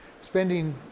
spending